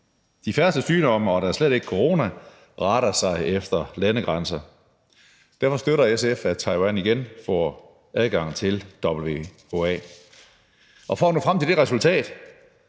De færreste sygdomme og da slet ikke corona retter sig efter landegrænser. Derfor støtter SF, at Taiwan igen får adgang til WHA. For at nå frem til det resultat